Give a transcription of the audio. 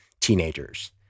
teenagers